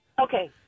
Okay